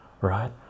right